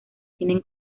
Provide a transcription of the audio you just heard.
tienen